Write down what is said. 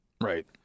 Right